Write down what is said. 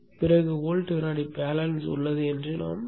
பிறகு வோல்ட் வினாடி பேலன்ஸ் உள்ளது என்று சொல்கிறோம்